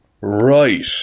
Right